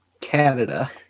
Canada